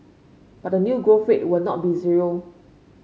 but the new growth rate will not be zero